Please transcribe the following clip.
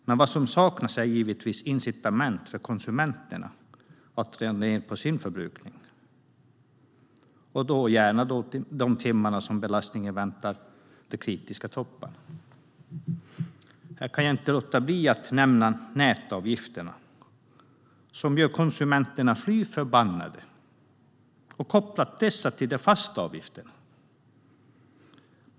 Men det saknas incitament för konsumenterna att dra ned på sin förbrukning, helst de timmar som belastningen väntas nå de kritiska topparna. Jag kan inte låta bli att nämna nätavgifterna. De gör konsumenterna fly förbannade eftersom man kopplat dem till de fasta avgifterna.